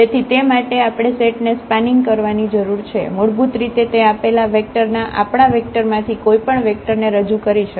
તેથી તે માટે આપણે સેટ ને સ્પાનિંગ કરવાની જરૂર છે મૂળભત રીતે તે આપેલા વેક્ટર ના આપણા વેક્ટર માંથી કોઈ પણ વેક્ટર ને રજુ કરી શકે